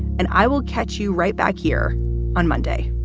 and i will catch you right back here on monday.